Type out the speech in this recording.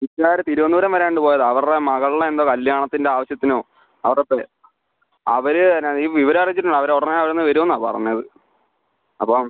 വീട്ടുകാർ തിരുവനന്തപുരം വരെ ഒന്ന് പോയതാണ് അവരുടെ മകളുടെ എന്തോ കല്ല്യാണത്തിൻ്റെ ആവശ്യത്തിനോ അവർ പെ അവർ പിന്നെ ഈ വിവരം അറിയിച്ചിട്ടുണ്ട് അവർ ഉടനെ അവിടെ നിന്ന് വരുമെന്നാണ് പറഞ്ഞത് അപ്പോൾ